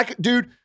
dude